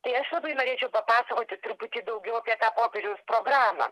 tai aš labai norėčiau papasakoti truputį daugiau apie tą popiežiaus programą